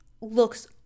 looks